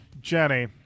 Jenny